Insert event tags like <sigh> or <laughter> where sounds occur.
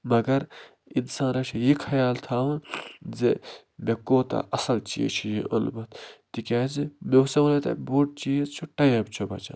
مگر اِنسانَس چھِ یہِ خیال تھاوُن زِ مےٚ کوٗتاہ اصل چیٖز چھِ یہِ اوٚنمُت تِکیٛازِ مےٚ <unintelligible> وَنان تۄہہِ بوٚڑ چیٖز چھُ ٹایِم چھُ بچان